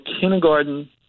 kindergarten